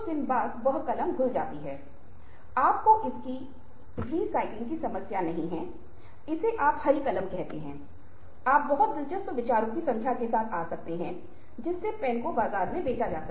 अब जैसा कि मैंने पहले ही उल्लेख किया है यह बहुत महत्वपूर्ण है कि हमें बहुत सावधान रहना होगा कि वास्तव में जमीनी स्तर क्या है वास्तव में आप इस वार्ता से बाहर क्या चाहते हैं जिसके बारे में हमें सोचना है